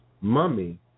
mummy